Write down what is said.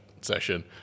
session